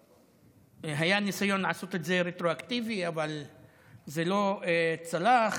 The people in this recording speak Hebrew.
היה ניסיון לעשות את זה רטרואקטיבי אבל זה לא צלח,